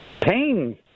pain